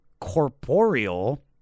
corporeal